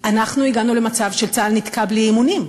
אנחנו הגענו למצב שצה"ל נתקע בלי אימונים.